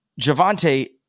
Javante